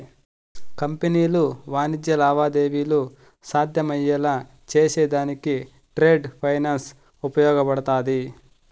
కంపెనీలు వాణిజ్య లావాదేవీలు సాధ్యమయ్యేలా చేసేదానికి ట్రేడ్ ఫైనాన్స్ ఉపయోగపడతాది